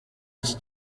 iki